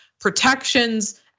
protections